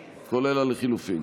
כן, כן.